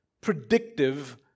predictive